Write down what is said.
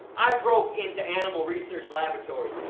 i broke into animal research laboratories.